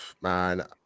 man